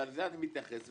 ולזה אני מתייחס,